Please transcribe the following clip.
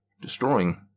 destroying